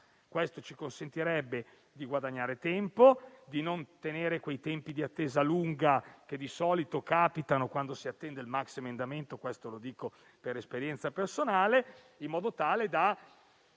Questo ci consentirebbe di guadagnare tempo, di non avere quei lunghi tempi di attesa che di solito si verificano quando si aspetta il maxiemendamento (questo lo dico per esperienza personale), in modo tale da